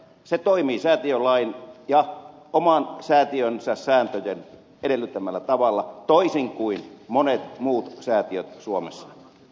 se toimii säätiölain ja oman säätiönsä sääntöjen edellyttämällä tavalla toisin kuin monet muut säätiöt suomessa